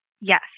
yes